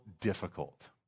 difficult